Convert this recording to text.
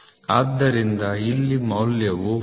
ಆದ್ದರಿಂದ ಇಲ್ಲಿ ಮೌಲ್ಯವು 40